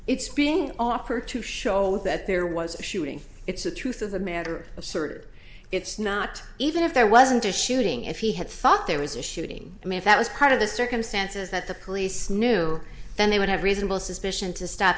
it's being offered to show that there was a shooting it's the truth of the matter asserted it's not even if there wasn't a shooting if he had thought there was a shooting i mean if that was part of the circumstances that the police knew then they would have reasonable suspicion to stop